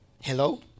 Hello